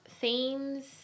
themes